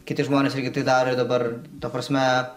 kiti žmonės irgi tai daro ir dabar ta prasme